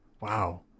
wow